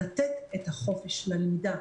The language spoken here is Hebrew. לתת את החופש ללמידה.